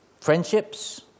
friendships